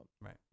Right